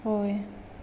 होय